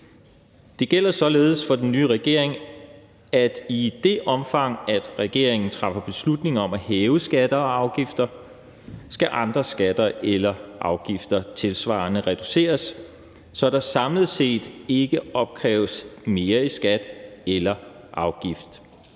Det gælder således for den nye regering, at i det omfang, at regeringen træffer beslutninger om at hæve skatter og afgifter, skal andre skatter eller afgifter tilsvarende reduceres, så der samlet set ikke opkræves mere i skat eller afgift.